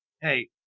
hey